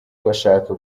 bashaka